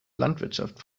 landwirtschaft